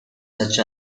such